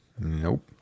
Nope